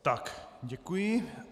Tak děkuji.